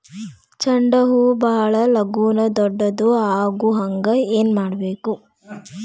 ಚಂಡ ಹೂ ಭಾಳ ಲಗೂನ ದೊಡ್ಡದು ಆಗುಹಂಗ್ ಏನ್ ಮಾಡ್ಬೇಕು?